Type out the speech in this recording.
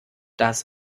das